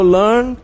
learn